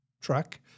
truck